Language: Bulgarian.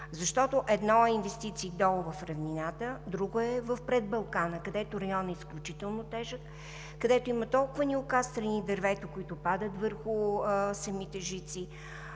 Защото едно е инвестиции долу в равнината, друго е в Предбалкана, където районът е изключително тежък, където има толкова неокастрени дървета, които падат върху самите жици.